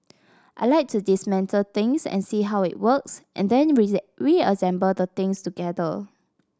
I like to dismantle things and see how it works and then reassemble the things together